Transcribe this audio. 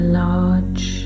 large